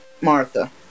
Martha